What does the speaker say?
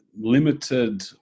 limited